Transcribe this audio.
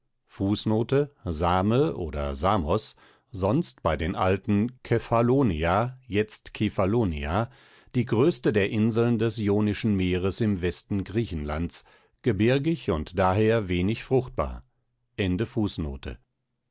same oder samos sonst bei den alten kephallonia jetzt kefalonia die größte der inseln des jonischen meeres im westen griechenlands gebirgig und daher wenig fruchtbar